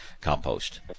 compost